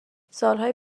سالهای